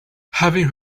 having